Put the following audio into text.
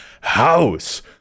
house